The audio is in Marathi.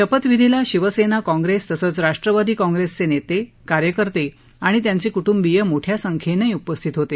शपथविधीला शिवसेना काँग्रेस तसंच राष्ट्रवादी काँग्रेसचे नेते कार्यकर्ते आणि त्यांचे कुटुंबिय मोठ्या संख्येनं उपस्थित होते